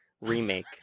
remake